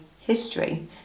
history